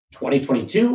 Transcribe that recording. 2022